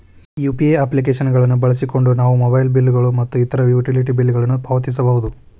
UPI application ಗಳನ್ನು ಬಳಸಿಕೊಂಡು ನಾವು ಮೊಬೈಲ್ ಬಿಲ್ ಗಳು ಮತ್ತು ಇತರ ಯುಟಿಲಿಟಿ ಬಿಲ್ ಗಳನ್ನು ಪಾವತಿಸಬಹುದು